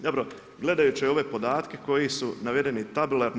Dobro, gledajući ove podatke koji su navedeni tabularno.